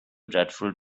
dreadful